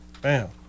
bam